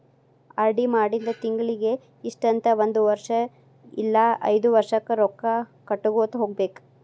RD ಮಾಡಿಂದ ತಿಂಗಳಿಗಿ ಇಷ್ಟಂತ ಒಂದ್ ವರ್ಷ್ ಇಲ್ಲಾ ಐದ್ ವರ್ಷಕ್ಕ ರೊಕ್ಕಾ ಕಟ್ಟಗೋತ ಹೋಗ್ಬೇಕ್